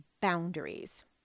boundaries